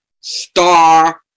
star